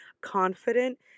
confident